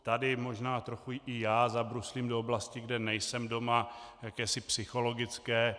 Tady možná trochu i já zabruslím do oblasti, kde nejsem doma, jakési psychologické.